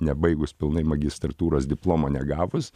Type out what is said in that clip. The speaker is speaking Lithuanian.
nebaigus pilnai magistratūros diplomo negavus